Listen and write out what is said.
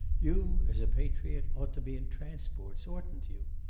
you, as a patriot, ought to be in transports, oughtn't you?